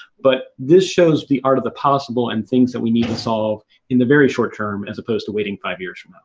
but this shows the art of the possible and things that we need to solve in the very short-term, as opposed to waiting five years from now.